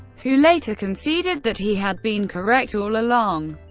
who later conceded that he had been correct all along.